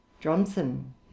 Johnson